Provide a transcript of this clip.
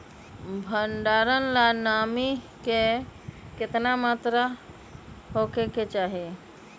भंडारण ला नामी के केतना मात्रा राहेके चाही?